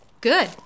Good